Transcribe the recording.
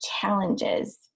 challenges